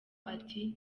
ati